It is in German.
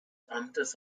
amtes